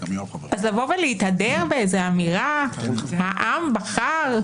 אז לבוא ולהתהדר באיזו אמירה "העם בחר"?